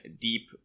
deep